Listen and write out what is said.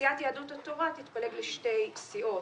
וסיעת יהדות התורה תתפלג לשתי סיעות,